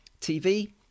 TV